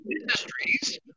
industries